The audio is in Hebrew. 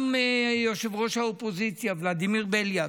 גם ראש האופוזיציה, ולדימיר בליאק,